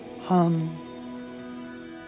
hum